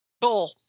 Bull